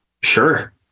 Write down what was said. Sure